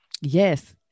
yes